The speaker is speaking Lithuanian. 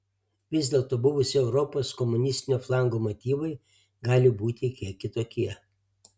vis dėlto buvusio europos komunistinio flango motyvai gali būti kiek kitokie